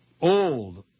Old